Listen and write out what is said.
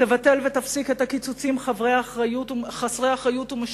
תבטל ותפסיק את הקיצוצים חסרי האחריות ומשולחי